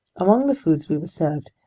among the foods we were served,